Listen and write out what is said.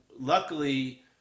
luckily